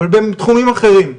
אבל בתחומים אחרים.